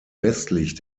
westlich